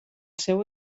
seu